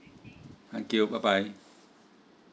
thank you bye bye